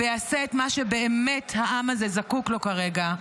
ויעשה את מה שבאמת העם הזה זקוק לו כרגע,